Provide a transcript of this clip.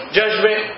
judgment